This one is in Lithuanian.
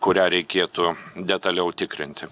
kurią reikėtų detaliau tikrinti